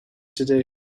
today